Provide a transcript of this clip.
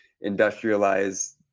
industrialized